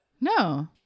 No